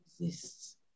exists